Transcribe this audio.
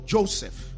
Joseph